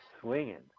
Swinging